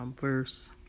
verse